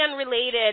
unrelated